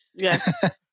Yes